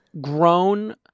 Grown